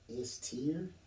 S-tier